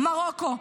מרוקו?